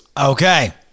Okay